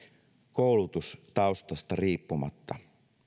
koulutustaustasta riippumatta